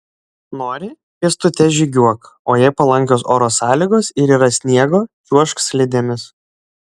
nori pėstute žygiuok o jei palankios oro sąlygos ir yra sniego čiuožk slidėmis